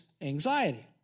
Anxiety